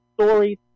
stories